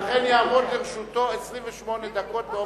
ולכן יעמדו לרשותו 23 דקות.